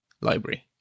library